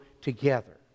together